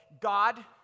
God